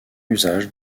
usage